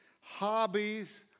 hobbies